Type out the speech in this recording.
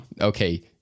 Okay